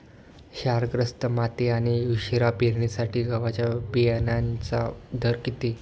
क्षारग्रस्त माती आणि उशिरा पेरणीसाठी गव्हाच्या बियाण्यांचा दर किती?